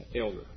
elder